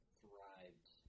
thrived